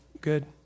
good